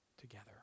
together